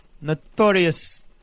notorious